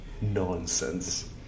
Nonsense